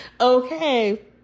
Okay